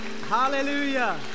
Hallelujah